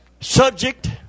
Subject